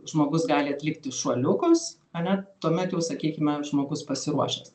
žmogus gali atlikti šuoliukus ane tuomet jau sakykime žmogus pasiruošęs